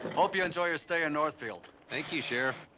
hope you enjoy your stay in northfield. thank you, sheriff.